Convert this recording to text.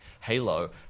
Halo